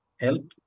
help